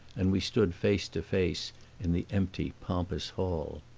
and we stood face to face in the empty pompous hall.